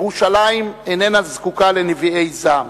ירושלים אינה זקוקה לנביאי זעם